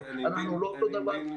ואנחנו לא אותו הדבר.